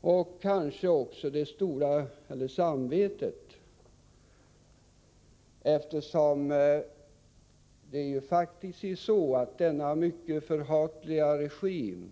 och en ytterligare anledning är kanske samvetet, eftersom denna mycket förhatliga regim